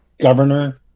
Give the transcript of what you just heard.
governor